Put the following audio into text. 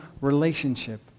relationship